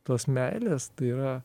tos meilės tai yra